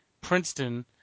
Princeton